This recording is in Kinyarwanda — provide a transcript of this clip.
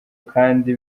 kandi